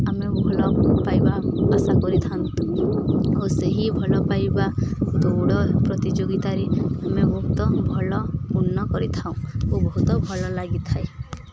ଆମେ ଭଲ ପାଇବା ଆଶା କରିଥାନ୍ତୁ ଓ ସେହି ଭଲ ପାଇବା ଦୌଡ଼ ପ୍ରତିଯୋଗିତାରେ ଆମେ ବହୁତ ଭଲ ପୂର୍ଣ୍ଣ କରିଥାଉ ଓ ବହୁତ ଭଲ ଲାଗିଥାଏ